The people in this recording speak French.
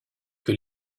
que